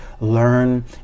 Learn